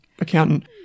accountant